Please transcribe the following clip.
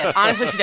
honestly,